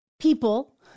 people